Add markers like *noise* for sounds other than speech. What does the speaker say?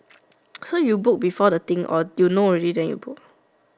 *noise* so you book before the thing or you know already then you book